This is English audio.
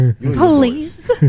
Please